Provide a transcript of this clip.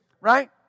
Right